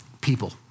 People